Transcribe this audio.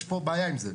יש פה בעיה עם זה.